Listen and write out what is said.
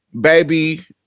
baby